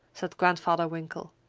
said grandfather winkle.